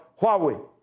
Huawei